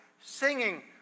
singing